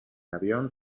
avión